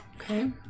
Okay